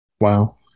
Wow